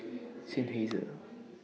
Seinheiser